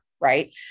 right